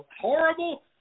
horrible